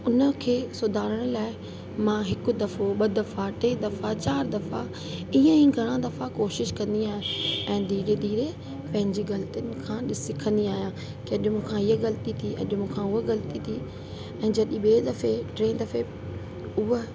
हुनखे सुधारण लाइ मां हिकु दफ़ो ॿ दफ़ा टे दफ़ा चारि दफ़ा इअं ई घणेई दफ़ा कोशिश कंदी आहे ऐं धीरे धीरे पंहिंजी ग़लती खां सिखंदी आहियां कि अॼु मूं खां इहे ग़लती थी अॼु मूं खां उहा ग़लती थी ऐं जॾहिं ॿिएं दफ़े टे दफ़े उहा